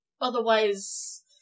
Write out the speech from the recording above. Otherwise